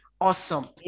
Awesome